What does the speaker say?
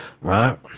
right